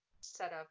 setup